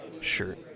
shirt